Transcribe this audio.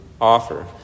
offer